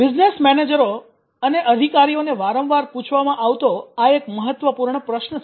business મેનેજરો વ્યવસાય સંચાલકો અને અધિકારીઓને વારંવાર પૂછવામાં આવતો આ એક મહત્વપૂર્ણ પ્રશ્ન છે